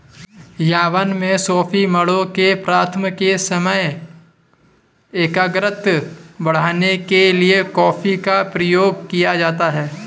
Yemen में सूफी मठों में प्रार्थना के समय एकाग्रता बढ़ाने के लिए कॉफी का प्रयोग किया जाता था